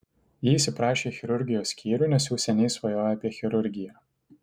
ji įsiprašė į chirurgijos skyrių nes jau seniai svajojo apie chirurgiją